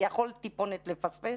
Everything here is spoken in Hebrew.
יכול טיפונת לפספס